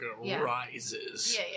rises